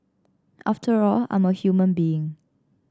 after all I'm a human being